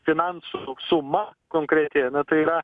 finansų suma konkreti na tai yra